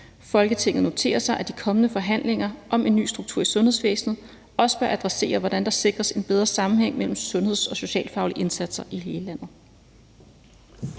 Folketinget noterer sig, at de kommende forhandlinger om en ny struktur i sundhedsvæsenet også bør adressere, hvordan der kan sikres en bedre sammenhæng mellem sundheds- og socialfaglige indsatser i hele landet.«